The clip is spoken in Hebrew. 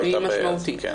והיא משמעותית.